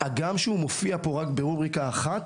הגם שהוא מופיע פה רק ברובריקה אחת,